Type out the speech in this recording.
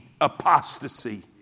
apostasy